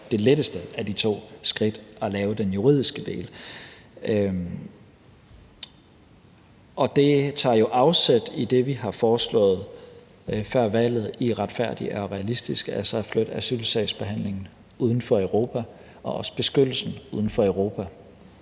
det letteste af de to skridt at lave den juridiske del. Det tager jo afsæt i det, vi har foreslået før valget i »Retfærdig og Realistisk«, altså at flytte asylsagsbehandlingen uden for Europa og også beskyttelsen uden for Europa.